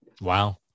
Wow